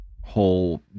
whole